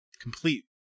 complete